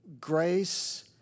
Grace